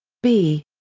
b.